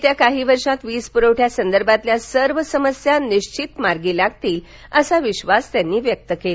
येत्या काही वर्षात वीजपुरवठ्या संदर्भातल्या सर्व समस्या निश्चित मार्गी लागतील असा विश्वास त्यांनी व्यक्त केला